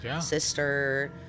sister